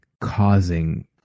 causing